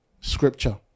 scripture